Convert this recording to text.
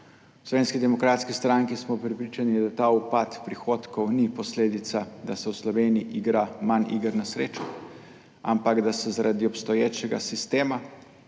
V Slovenski demokratski stranki smo prepričani, da ta upad prihodkov ni posledica, da se v Sloveniji igra manj iger na srečo, ampak da zaradi obstoječega sistema,